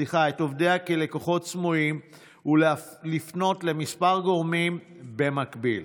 עובדיה כלקוחות סמויים ולפנות לכמה גורמים במקביל.